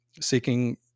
seeking